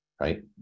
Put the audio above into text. right